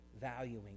valuing